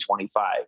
25